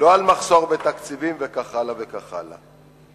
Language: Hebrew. לא על מחסור בתקציבים, וכך הלאה וכך הלאה.